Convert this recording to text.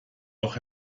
auch